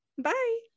bye